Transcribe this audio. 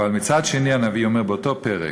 אבל מצד שני, הנביא אומר, באותו פרק,